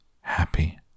Happy